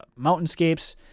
mountainscapes